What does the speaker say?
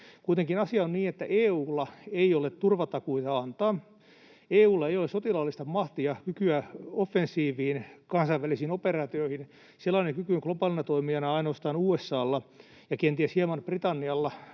Kuitenkin asia on niin, että EU:lla ei ole antaa turvatakuita, EU:lla ei ole sotilaallista mahtia, kykyä offensiivisiin kansainvälisiin operaatioihin. Sellainen kyky on globaalina toimijana ainoastaan USA:lla ja kenties hieman Britannialla.